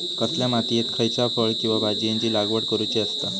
कसल्या मातीयेत खयच्या फळ किंवा भाजीयेंची लागवड करुची असता?